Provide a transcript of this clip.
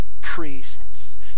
priests